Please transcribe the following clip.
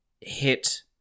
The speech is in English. hit